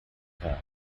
car